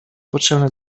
potrzebne